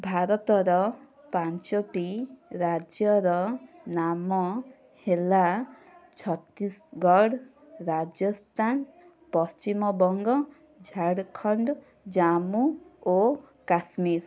ଭାରତର ପାଞ୍ଚଟି ରାଜ୍ୟର ନାମ ହେଲା ଛତିଶଗଡ଼ ରାଜସ୍ତାନ ପଶ୍ଚିମବଙ୍ଗ ଝାଡ଼ଖଣ୍ଡ ଜମ୍ମୁ ଓ କାଶ୍ମୀର